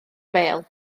bêl